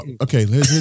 Okay